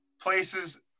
places